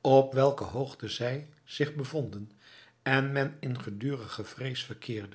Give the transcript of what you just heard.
op welke hoogte zij zich bevonden en men in gedurige vrees verkeerde